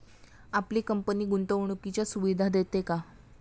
आपली कंपनी गुंतवणुकीच्या सुविधा देते का?